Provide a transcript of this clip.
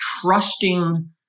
trusting